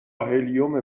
هلیوم